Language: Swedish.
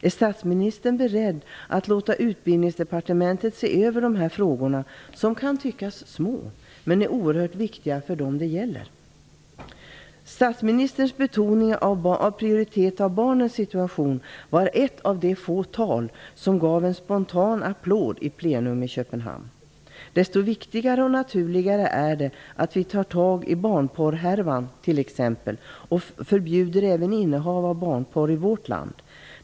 Är statsministern beredd att låta Utbildningsdepartementet se över de här frågorna, som kan tyckas små men som är oerhört viktiga för dem som de gäller? Statsministerns betoning av prioriteten av barnens situation är ett av de få tal som fick en spontan applåd i plenum i Köpenhamn. Desto viktigare och naturligare är det att vi tar tag i barnporrhärvan t.ex. och förbjuder innehav av barnporr i vårt land.